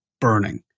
burning